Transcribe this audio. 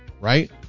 right